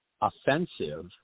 offensive